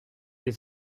les